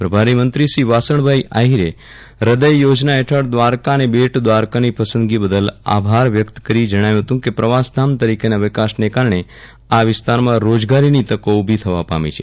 પ્રભારી મંત્રી શ્રી વાસજ્ઞભાઈ આહીરે હૃદય યોજના હેઠળ દ્વારકા અને બેટ દ્વારકાની પસંદગી બદલ આભાર વ્યક્ત કરી જણાવ્યું હતું કે પ્રવાસ ધામ તરીકેના વિકાસને કારણે આ વિસ્તારમાં રોજગારીની તકો ઊભી થવા પામી છે